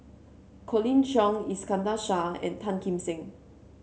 Colin Cheong Iskandar Shah and Tan Kim Seng